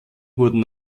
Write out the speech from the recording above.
wurden